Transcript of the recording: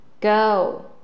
Go